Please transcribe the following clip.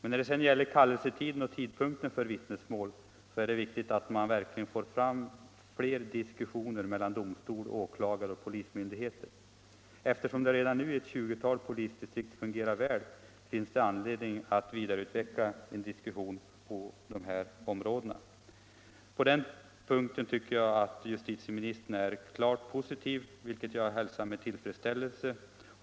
När det gäller kallelsetiden och tidpunkten för vittnesmål är det viktigt att verkligen få fram fler diskussioner mellan domstol, åklagare och polismyndigheter. Eftersom det redan nu i ett tjugotal polisdistrikt fungerar väl finns det anledning att utvidga dessa diskussioner. På den punkten tycker jag att justitieministern är klart positiv, vilket jag hälsar med tillfredsställelse.